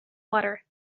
water